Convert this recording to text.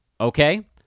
Okay